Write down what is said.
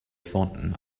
thornton